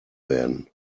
werden